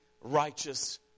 righteous